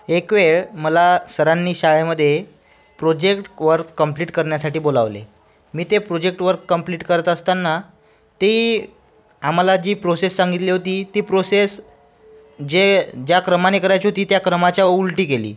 एकवेळ मला सरांनी शाळेमध्ये प्रोजेक्ट वर्क कंप्लीट करण्यासाठी बोलावले मी ते प्रोजेक्ट वर्क कंप्लीट करत असताना ती आम्हाला जी प्रोसेस सांगितली होती ती प्रोसेस जे ज्या क्रमाने करायची होती त्या क्रमाच्या उलटी केली